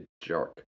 jerk